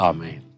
Amen